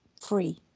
free